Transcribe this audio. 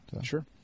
Sure